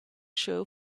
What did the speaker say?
show